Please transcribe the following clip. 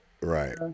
right